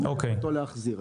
מה יכולתו להחזיר.